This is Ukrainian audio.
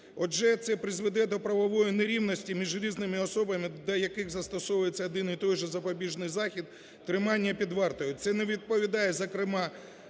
Отже, це призведе до правової нерівності між різними особами, до яких застосовується один і той же запобіжний захід: тримання під вартою. Це не відповідає, зокрема,